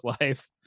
life